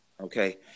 Okay